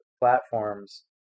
platforms